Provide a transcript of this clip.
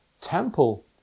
temple